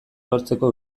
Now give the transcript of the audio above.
lortzeko